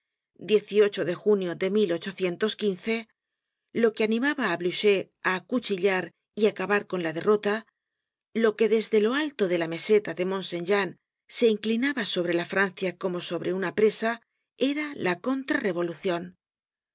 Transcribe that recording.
fecha de junio de lo que animaba á blucher á acuchillar y acabar con la derrota lo que desde lo alto de la meseta de mont saint jean se inclinaba sobre la francia como sobre una presa era la contra revolucion